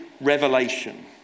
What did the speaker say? revelation